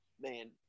man